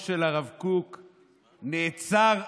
נעצרה